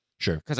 Sure